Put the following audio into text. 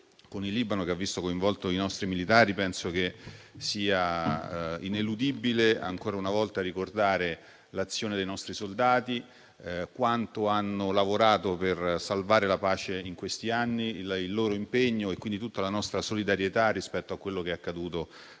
con il Libano, che hanno visto coinvolti i nostri militari. Penso che sia ineludibile, ancora una volta, ricordare l'azione dei nostri soldati, quanto hanno lavorato per salvare la pace in questi anni, il loro impegno ed esprimere quindi tutta la nostra solidarietà rispetto a quello che è accaduto